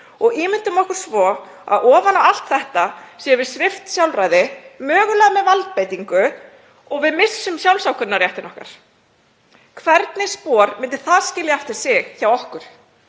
og ímyndum okkur svo að ofan á allt þetta séum við svipt sjálfræði, mögulega með valdbeitingu, og við missum sjálfsákvörðunarrétt okkar. Hvernig spor myndi það skilja eftir sig hjá okkur?